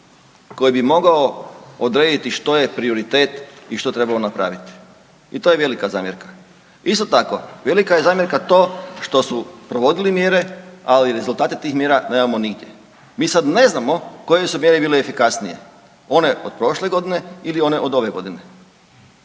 koji bi mogao odrediti što je prioritet i što je trebalo napraviti i to je velika zamjerka. Isto tako velika je zamjerka to što su provodili mjere, ali rezultate tih mjera nemamo nigdje. Mi sad ne znamo koje su mjere bile efikasnije, one od prošle godine ili one od ove godine